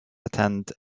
attend